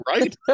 right